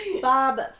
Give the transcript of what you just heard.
Bob